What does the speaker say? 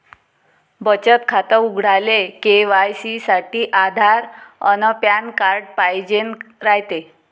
बचत खातं उघडाले के.वाय.सी साठी आधार अन पॅन कार्ड पाइजेन रायते